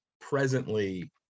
presently